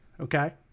okay